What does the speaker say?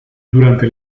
durante